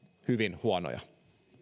hyvin huonoja